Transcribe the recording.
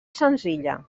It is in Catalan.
senzilla